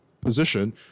position